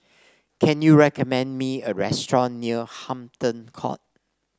can you recommend me a restaurant near Hampton Court